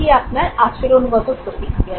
এটি আপনার আচরণগত প্রতিক্রিয়া